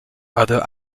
other